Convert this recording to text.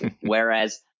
Whereas